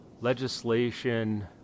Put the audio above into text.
legislation